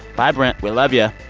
bye, brent. we love yeah